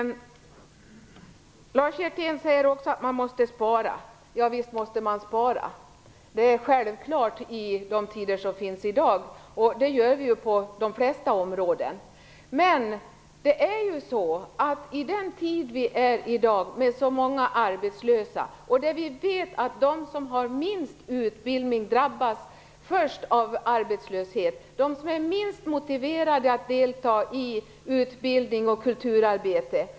Lars Hjertén säger också att man måste spara. Visst måste man det. Det är självklart i dag. Det gör vi ju på de flesta områden. Men i dag finns så många arbetslösa, och vi vet att de som har sämst utbildning drabbas först av arbetslöshet. De är minst motiverade att delta i utbildning och kulturarbete.